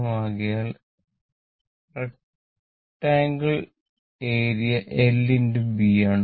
ആകയാൽ റെക്ടങ്ങളെന്റെ area LB ആണ്